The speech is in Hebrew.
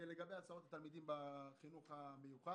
לגבי הסעות לתלמידים בחינוך המיוחד